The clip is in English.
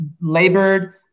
labored